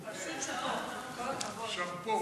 שמפו.